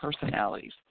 personalities